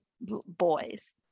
boys